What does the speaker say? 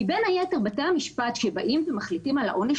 כי בין היתר בתי המשפט שמחליטים את העונש